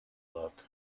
luck